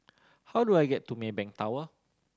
how do I get to Maybank Tower